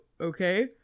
okay